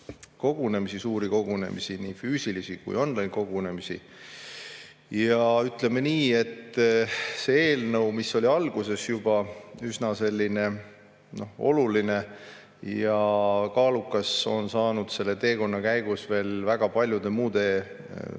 suuri kogunemisi, nii füüsilisi kui kaonline-kogunemisi. Ja ütleme nii, et seda eelnõu, mis oli juba alguses üsna oluline ja kaalukas, on selle teekonna käigus veel väga paljude muude tükkide